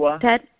Ted